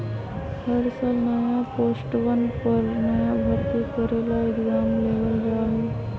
हर साल नया पोस्टवन पर नया भर्ती करे ला एग्जाम लेबल जा हई